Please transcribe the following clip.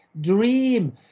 dream